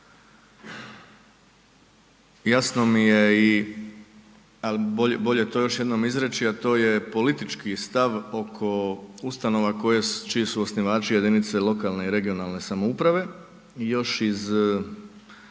jasno mi je i ali bolje to još jednom izreći a to je politički stav oko ustanova čiji su osnivački jedinice lokalne i regionalne samouprave,